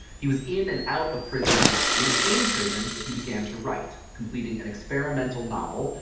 he was in and out of prison, and it was in prison that he began to write, completing an experimental novel,